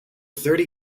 thirty